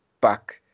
back